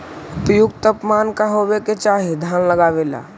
उपयुक्त तापमान का होबे के चाही धान लगावे ला?